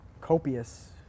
copious